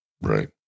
Right